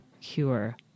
cure